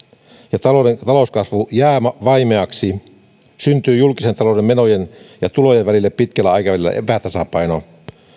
ja talouskasvu jää vaimeaksi syntyy julkisen talouden menojen ja tulojen välille pitkällä aikavälillä epätasapaino